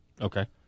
Okay